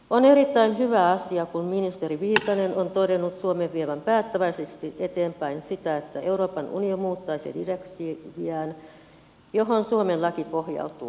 on erittäin hyvä asia että ministeri viitanen on todennut suomen vievän päättäväisesti eteenpäin sitä että euroopan unioni muuttaisi direktiiviään johon suomen laki pohjautuu